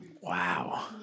Wow